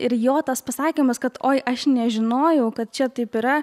ir jo tas pasakymas kad oi aš nežinojau kad čia taip yra